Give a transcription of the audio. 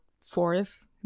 fourth